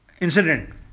Incident